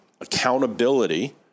accountability